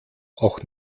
auch